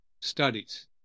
Studies